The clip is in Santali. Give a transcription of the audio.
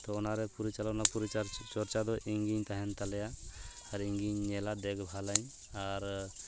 ᱛᱚ ᱚᱱᱟᱨᱮ ᱯᱚᱨᱤᱪᱟᱞᱚᱱᱟ ᱯᱚᱨᱤ ᱪᱚᱨᱪᱟ ᱯᱚᱨᱤᱪᱚᱨᱪᱟ ᱫᱚ ᱤᱧ ᱜᱤᱧ ᱛᱟᱦᱮᱱ ᱛᱟᱞᱮᱭᱟ ᱟᱨ ᱤᱧᱜᱤᱧ ᱧᱮᱞᱟ ᱫᱮᱠᱵᱷᱟᱞᱟᱹᱧ ᱟᱨ